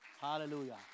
Hallelujah